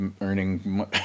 earning